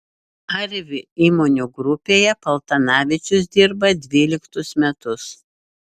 arvi įmonių grupėje paltanavičius dirba dvyliktus metus